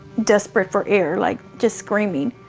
desperate for air, like just screaming.